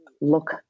look